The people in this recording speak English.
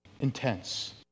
intense